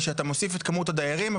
שאתה מוסיף את כמות הדיירים,